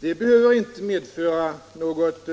Det behöver inte medföra något